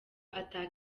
ata